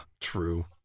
true